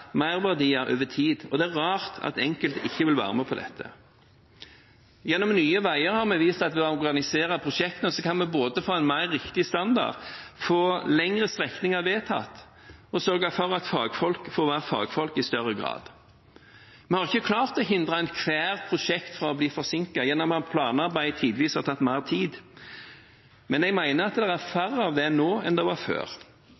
merverdier over tid. Og det er rart at enkelte ikke vil være med på dette. Gjennom Nye Veier har vi vist at ved å organisere prosjektene kan vi både få en mer riktig standard, få lengre strekninger vedtatt og sørge for at fagfolk får være fagfolk i større grad. Vi har ikke klart å hindre ethvert prosjekt fra å bli forsinket gjennom at planarbeid tidvis har tatt mer tid, men jeg mener at det er færre av dem nå enn det var før.